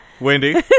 Wendy